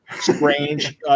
Strange